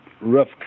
rough